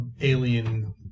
alien